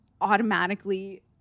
automatically